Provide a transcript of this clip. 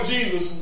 Jesus